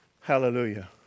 Hallelujah